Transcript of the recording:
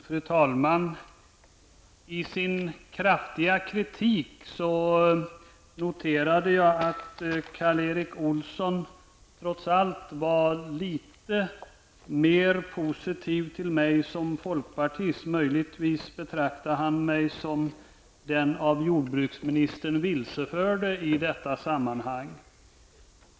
Fru talman! Jag noterade att Karl Erik Olsson i sin kraftiga kritik trots allt var litet mer positiv till mig som folkpartist. Möjligtvis betraktar han mig som den av jordbruksministern vilseförde i detta sammanhang.